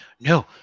No